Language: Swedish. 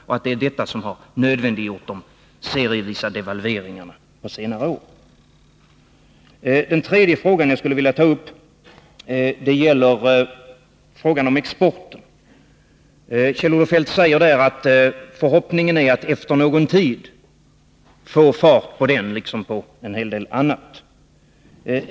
Är det inte detta som har nödvändiggjort de serievisa devalveringarna på senare år? Den tredje frågan jag skulle vilja ta upp gäller exporten. Kjell-Olof Feldt säger där att förhoppningen är att efter någon tid få fart på exporten liksom på en hel del annat.